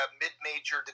mid-major